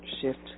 shift